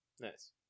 Nice